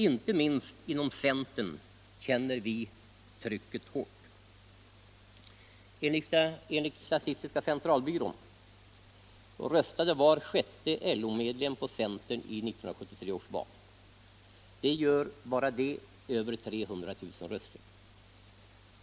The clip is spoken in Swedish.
Inte minst inom centern känner vi trycket hårt. Enligt statistiska centralbyrån röstade var sjätte LO-medlem på centern i 1973 års val. Bara det gör över 300 000 röster.